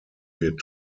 wird